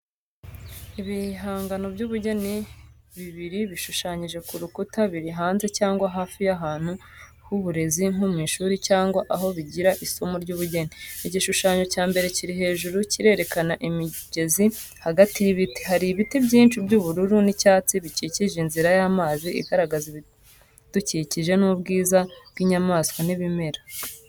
Ibihangano by’ubugeni bibiri bishushanyije ku rukuta biri hanze cyangwa hafi y’ahantu h’uburezi nko mu ishuri cyangwa aho bigira isomo ry’ubugeni. Igishushanyo cya mbere kiri hejuru Kirerekana imigezi hagati y’ibiti. Hari ibiti byinshi by’ubururu n’icyatsi bikikije inzira y’amazi igaragaza ibidukikije n’ubwiza bw'inyamaswa n'ibimera.